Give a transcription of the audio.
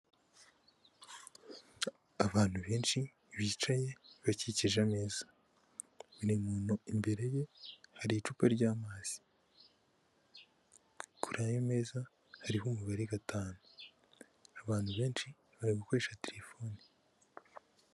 Abantu benshi bicaye bakikije ameza. Buri muntu imbere ye hari icupa ry'amazi. Kuri ayo meza hariho umubare gatanu. Abantu benshi bari gukoresha terefoni.